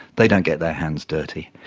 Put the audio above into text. they don't get their hands dirty.